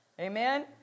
Amen